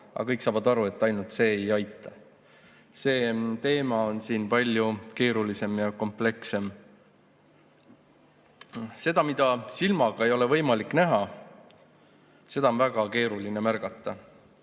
aga kõik saavad aru, et ainult see ei aita. See teema on siin palju keerulisem ja komplekssem. Seda, mida silmaga ei ole võimalik näha, on väga keeruline märgata.